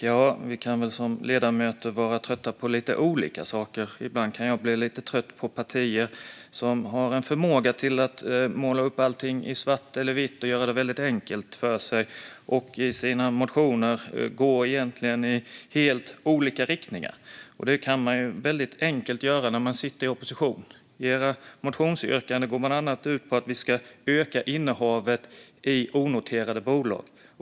Fru talman! Vi ledamöter kan vara trötta på lite olika saker. Ibland blir jag lite trött på partier som har en förmåga att måla upp allt i svart och vitt och göra det enkelt för sig och i sina motioner gå i helt olika riktningar. Sådant kan man enkelt göra i opposition. Vänsterpartiets motionsyrkanden går bland annat ut på att vi ska öka innehavet i onoterade bolag.